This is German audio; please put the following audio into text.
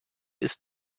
ist